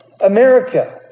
America